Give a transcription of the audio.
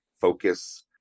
focus